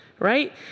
right